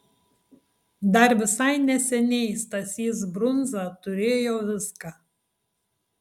dar visai neseniai stasys brundza turėjo viską